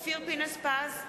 (קוראת בשמות חברי הכנסת) אופיר פינס-פז,